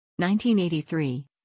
1983